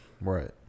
right